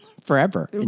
Forever